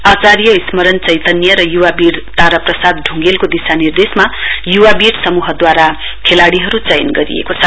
आचार्य स्मरण चैतन्य र युवावीर तारा प्रसाद ढुङ्गेलको दिशानिर्देशमा युवाबीर समूहहरूद्वारा खेलाडीहरू चयन गरिएको छ